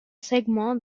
segment